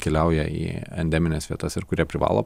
keliauja į endemines vietas ir kurie privalo